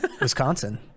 Wisconsin